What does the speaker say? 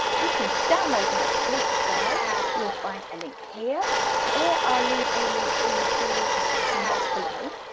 you can download my exclusive guide you'll find a link here or i'll leave a link in the description box below.